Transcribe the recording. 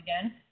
again